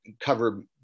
cover